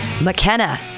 McKenna